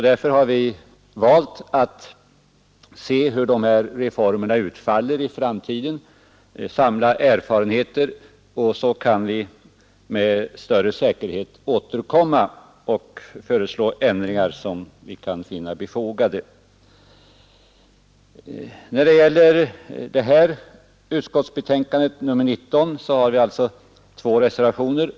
Därför har vi valt att se hur reformerna utfaller i framtiden. Vi kan samla erfarenheter, varpå vi med större säkerhet kan återkomma och föreslå de ändringar som vi kan finna befogade. När det gäller socialförsäkringsutskottets betänkande nr 19 har vi två reservationer.